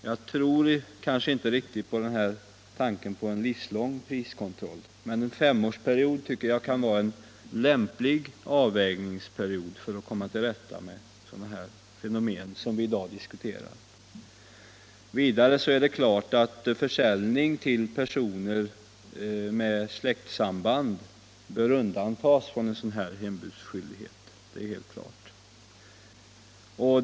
Jag tror inte riktigt på tanken på en livslång priskontroll, men jag tycker att en femårsperiod kan vara en lämplig avvägningsperiod för att komma till rätta med sådana fenomen som vi i dag diskuterar. Vidare är det helt klart att försäljning till personer med släktsamband bör undantas från hembudsskyldighet.